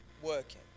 working